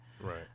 Right